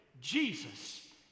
Jesus